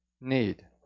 need